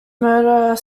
murder